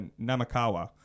namakawa